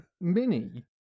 Mini